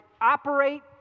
operate